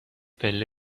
پله